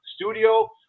studio